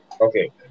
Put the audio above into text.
Okay